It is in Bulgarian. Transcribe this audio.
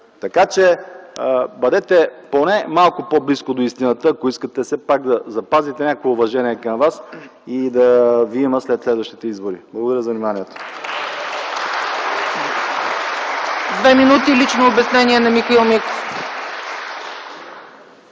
Така че, бъдете поне малко по-близко до истината, ако искате все пак да запазите някакво уважение към вас и да ви има и след следващите избори. Благодаря за вниманието.